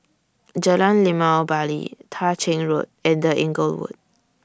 Jalan Limau Bali Tah Ching Road and The Inglewood